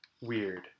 weird